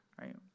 right